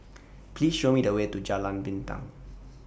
Please Show Me The Way to Jalan Pinang